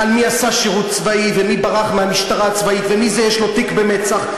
מי עשה שירות צבאי ומי ברח מהמשטרה הצבאית ומי זה יש לו תיק במצ"ח,